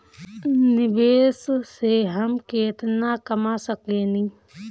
निवेश से हम केतना कमा सकेनी?